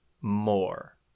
more